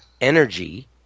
energy